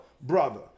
brother